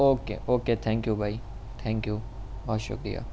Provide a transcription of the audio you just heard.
okay okay thank you بھائی thank you بہت شکریہ